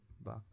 back